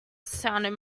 sounded